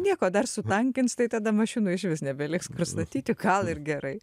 nieko dar sutankins tai tada mašinų išvis nebeliks kur statyti gal ir gerai